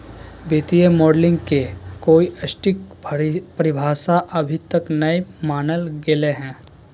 वित्तीय मॉडलिंग के कोई सटीक परिभाषा अभी तक नय मानल गेले हें